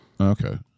Okay